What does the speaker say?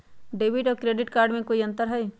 Debit और credit card में कई अंतर हई?